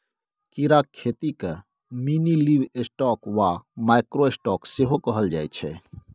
कीड़ाक खेतीकेँ मिनीलिवस्टॉक वा माइक्रो स्टॉक सेहो कहल जाइत छै